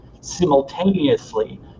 simultaneously